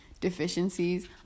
deficiencies